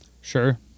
Sure